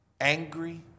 angry